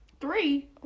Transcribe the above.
three